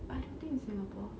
but I don't think in singapore